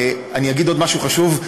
אני אגיד עוד משהו חשוב,